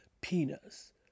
penis